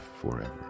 forever